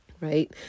Right